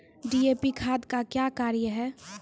DAP खाद का क्या कार्य हैं?